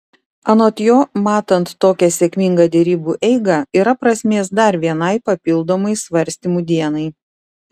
anot jo matant tokią sėkmingą derybų eigą yra prasmės dar vienai papildomai svarstymų dienai